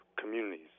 communities